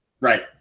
Right